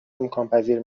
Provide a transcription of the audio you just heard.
امکانپذیر